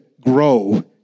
grow